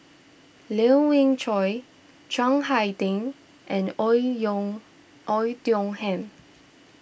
Lien Ying Chow Chiang Hai Ding and Oei Yong Oei Tiong Ham